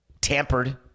tampered